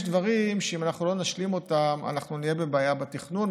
יש דברים שאם אנחנו לא נשלים אנחנו נהיה בבעיה בתכנון.